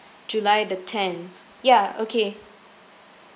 july the tenth ya okay